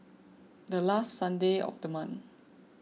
the last Sunday of the month